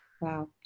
Wow